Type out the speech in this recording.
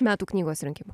metų knygos rinkimo